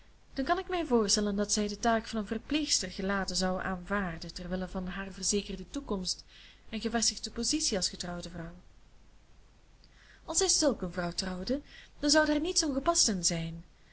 dan kan ik mij voorstellen dat zij de taak van een verpleegster gelaten zou aanvaarden terwille van haar verzekerde toekomst en gevestigde positie als getrouwde vrouw als hij zulk een vrouw trouwde dan zou daar niets ongepasts in zijn